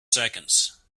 seconds